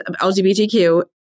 LGBTQ